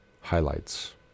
highlights